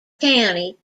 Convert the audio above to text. county